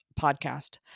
podcast